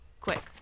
Quick